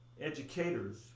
Educators